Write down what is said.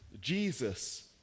Jesus